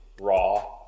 raw